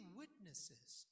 witnesses